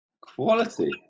quality